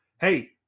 hey